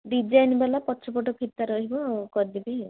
design ବାଲା ପଛ ପଟେ ଫିତା ରହିବ କରିଦେବେ